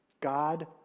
God